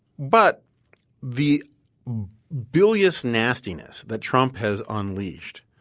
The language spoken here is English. but the bilious nastiness that trump has unleashed,